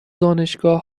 دانشگاه